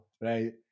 right